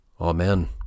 Amen